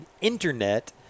internet